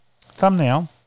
thumbnail